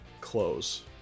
close